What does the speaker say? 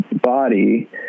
body